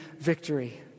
victory